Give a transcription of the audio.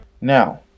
now